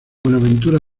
buenaventura